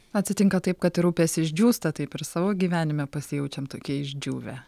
atsitinka taip kad ir upės išdžiūsta taip ir savo gyvenime pasijaučiam tokie išdžiūvę